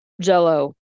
jello